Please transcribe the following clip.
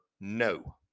no